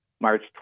March